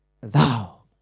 thou